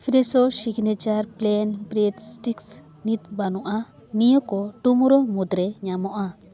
Fresho signature plain bread sticks ᱱᱤᱛ ᱵᱟᱱᱩᱜᱼᱟ ᱱᱤᱭᱟᱹ ᱠᱚ ᱴᱳᱢᱳᱨᱳ ᱢᱩᱫᱽᱨᱮ ᱧᱟᱢᱚᱜᱼᱟ